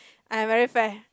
I very fair